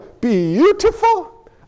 beautiful